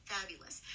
Fabulous